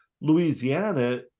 louisiana